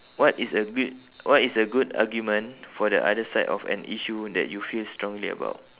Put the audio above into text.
what is a good what is a good argument for the other side of an issue that you feel strongly about